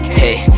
hey